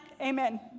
Amen